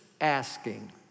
asking